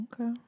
Okay